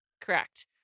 Correct